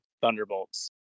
Thunderbolts